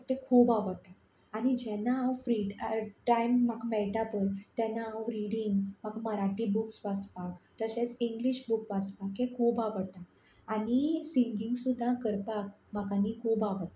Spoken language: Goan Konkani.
तें खूब आवडटा आनी जेन्ना हांव फ्री टा टायम म्हाका मेळटा पळय तेन्ना हांव रिडींग म्हाका मराठी बुक्स वाचपाक तशेंच इंग्लीश बूक वाचपाकीय खूब आवडटा आनी सिंगींग सुद्दां करपाक म्हाका न्ही खूब आवडटा